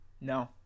No